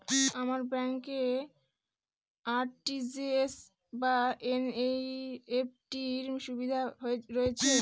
আপনার ব্যাংকে আর.টি.জি.এস বা এন.ই.এফ.টি র সুবিধা রয়েছে?